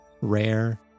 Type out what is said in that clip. rare